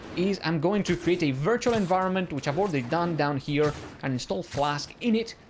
is i'm going to create a virtual environment, which i've already done down here and installed flask in it.